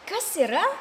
kas yra